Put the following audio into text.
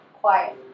quiet